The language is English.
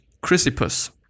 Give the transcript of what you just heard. Chrysippus